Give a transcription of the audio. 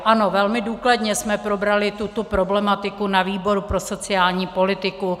Ano, velmi důkladně jsme probrali tuto problematiku na výboru pro sociální politiku.